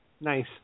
Nice